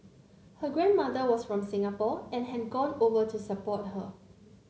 her grandmother was from Singapore and had gone over to support her